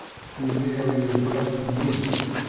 funererial baked meats,